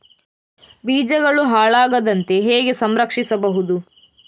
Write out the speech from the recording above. ಬೀಜಗಳು ಹಾಳಾಗದಂತೆ ಹೇಗೆ ಸಂರಕ್ಷಿಸಬಹುದು?